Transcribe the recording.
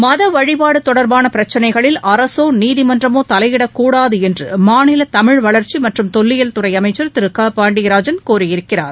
மத வழிபாடு தொடா்பான பிரச்சினைகளில் அரசோ நீதிமன்றமோ தலையிடக் கூடாது என்று மாநில தமிழ்வளர்ச்சி மற்றும் தொல்லியல் துறை அமைச்சர் திரு க பாண்டியராஜன் கூறியிருக்கிறார்